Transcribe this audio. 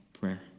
prayer